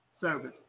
service